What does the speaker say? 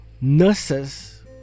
nurses